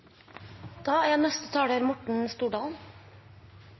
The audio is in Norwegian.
Da har representanten Morten Stordalen